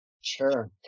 Sure